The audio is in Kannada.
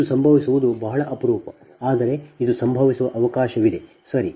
ಇದು ಸಂಭವಿಸುವುದು ಬಹಳ ಅಪರೂಪ ಆದರೆ ಇದು ಸಂಭವಿಸುವ ಅವಕಾಶವಿದೆ ಸರಿ